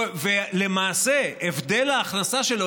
ולמעשה הבדל ההכנסה שלו,